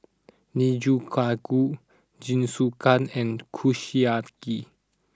Nikujaga Guh Jingisukan and Kushiyaki